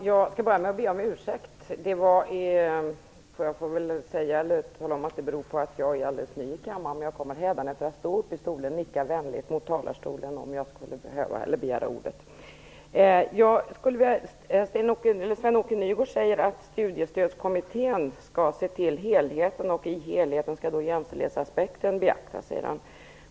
Herr talman! Jag skall börja med att be om ursäkt. Jag är alldeles ny i kammaren. Men jag kommer hädanefter att stå upp och nicka vänligt mot talarstolen om jag behöver begära ordet. Sven-Åke Nygårds säger att Studiestödskommittén skall se till helheten, och att jämställdhetsaspekten skall beaktas i helheten.